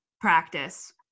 practice